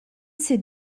ces